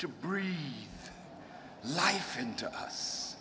to breathe life into us